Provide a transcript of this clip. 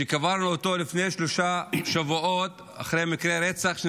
שקברנו לפני שלושה שבועות אחרי מקרה רצח.